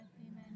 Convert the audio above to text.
Amen